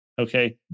okay